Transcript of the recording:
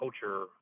culture